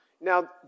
Now